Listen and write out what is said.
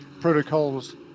protocols